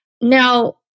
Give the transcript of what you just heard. Now